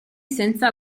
senza